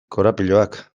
korapiloak